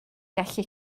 gallu